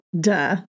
Duh